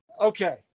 Okay